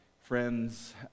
friends